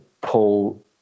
pull